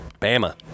Bama